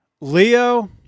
Leo